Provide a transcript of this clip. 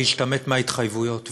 מההתחייבויות,